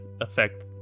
affect